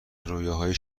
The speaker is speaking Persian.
رویاهای